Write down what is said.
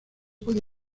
puede